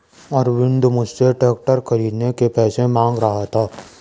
अरविंद मुझसे ट्रैक्टर खरीदने के पैसे मांग रहा था